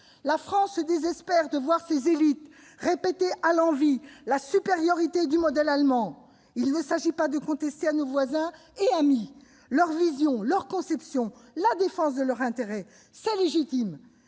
La France se désespère de voir ses élites vanter à l'envi la supériorité du modèle allemand. Il s'agit non pas de contester à nos voisins et amis leur vision, leur conception et la défense légitime de leurs intérêts, mais simplement